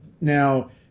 Now